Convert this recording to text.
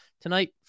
Tonight